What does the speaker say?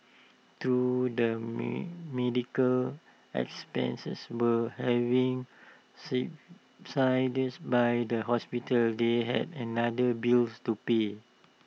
though the meat medical expenses were having subsidised by the hospital they had another bills to pay